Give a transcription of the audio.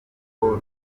kuko